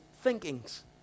thinkings